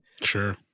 Sure